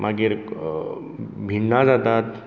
मागीर बिंडा जातात